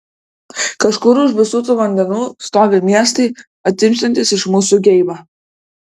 kažkur už visų tų vandenų stovi miestai atimsiantys iš mūsų geibą